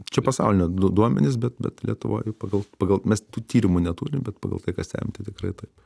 čia pasaulinio duo duomenys bet bet lietuvoj pagal pagal mes tų tyrimų neturim bet pagal tai ką stebim tai tikrai taip